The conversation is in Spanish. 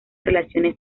relaciones